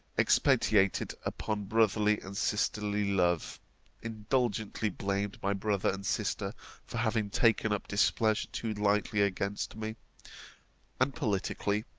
expatiated upon brotherly and sisterly love indulgently blamed my brother and sister for having taken up displeasure too lightly against me and politically,